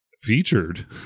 featured